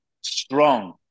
strong